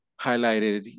highlighted